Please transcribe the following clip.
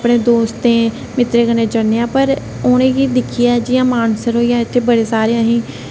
अपने दोस्ते मित्रें कन्ने जन्ने आं पर उनेंगी दिक्खियै जियां मानसर होई गेआ इत्थै बडे़ सारे असेंगी